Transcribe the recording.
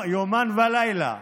יומם ולילה,